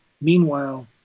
Meanwhile